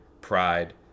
pride